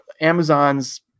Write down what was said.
Amazon's